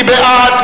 מי בעד?